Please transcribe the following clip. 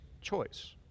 choice